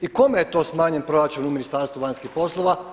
I kome je to smanjen proračun u Ministarstvu vanjskih poslova?